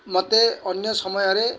ମୋତେ ଅନ୍ୟ ସମୟରେ